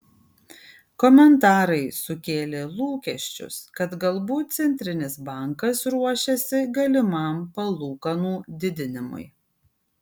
komentarai sukėlė lūkesčius kad galbūt centrinis bankas ruošiasi galimam palūkanų didinimui